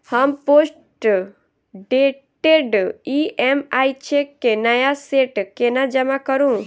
हम postdated EMI cheque केँ नया सेट केना जमा करू?